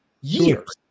Years